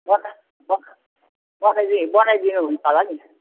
बनाउ ब बनाइदिए बनाइदिनु हुन्छ होला नि